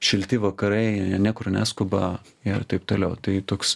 šilti vakarai jie niekur neskuba ir taip toliau tai toks